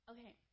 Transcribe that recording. Okay